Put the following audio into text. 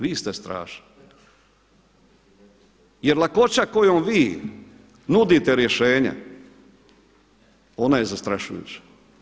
Vi ste strašni, jer lakoća kojom vi nudite rješenje ona je zastrašujuća.